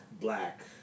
Black